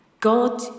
God